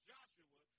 Joshua